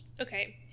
Okay